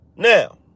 Now